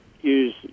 use